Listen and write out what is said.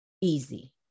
Easy